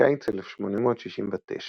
בקיץ 1869